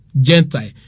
Gentile